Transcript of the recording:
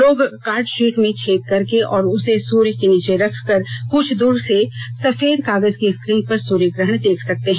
लोग card sheet में छेद करके और उसे सूर्य के नीचे रखकर कुछ दूर से सफेद कागज की स्क्रीन पर सूर्य ग्रहण देख सकते हैं